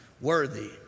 worthy